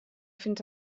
fins